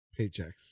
paychecks